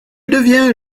devient